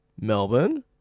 Melbourne